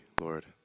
Lord